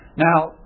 Now